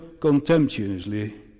contemptuously